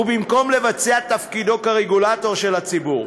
ובמקום למלא את תפקידו כרגולטור של הציבור,